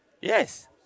Yes